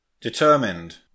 Determined